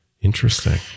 Interesting